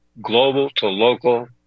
global-to-local